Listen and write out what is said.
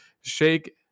Shake